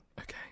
Okay